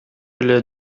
эле